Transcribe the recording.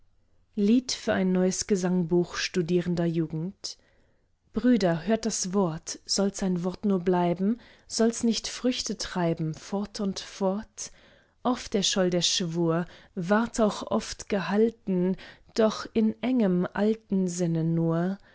lied für ein neues gesangbuch studierender jugend brüder hört das wort soll's ein wort nur bleiben soll's nicht früchte treiben fort und fort oft erscholl der schwur ward auch oft gehalten doch in engem alten sinne nur